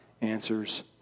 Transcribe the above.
answers